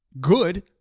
good